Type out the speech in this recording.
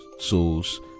souls